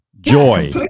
Joy